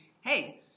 hey